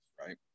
right